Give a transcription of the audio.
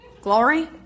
Glory